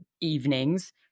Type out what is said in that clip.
evenings